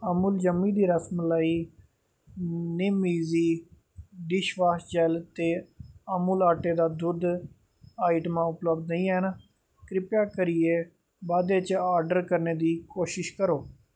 अमुल जम्मी दी रसमलाई निमेज़ी डिशवॉश लिक्विड जैल्ल ते अमूल ऊंटै दा दुद्ध आइटमां उपलब्ध नेईं हैन किरपा करियै बाद इच ऑर्डर करने दी कोशश करो